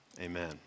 amen